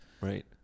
right